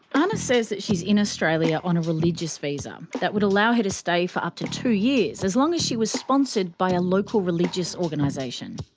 ana says that she's in australia on a religious visa, um that would allow her to stay for up to two years as long as she was sponsored by a local religious organisation.